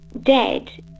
dead